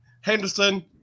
Henderson